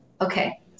Okay